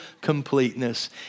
completeness